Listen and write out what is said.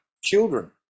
children